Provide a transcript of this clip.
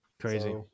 Crazy